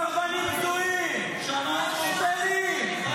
סרבנים בזויים, שפלים.